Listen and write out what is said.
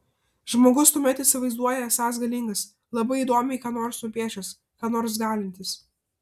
žmogus tuomet įsivaizduoja esąs galingas labai įdomiai ką nors nupiešęs ką nors galintis